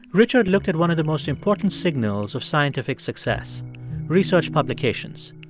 richard looked at one of the most important signals of scientific success research publications.